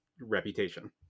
reputation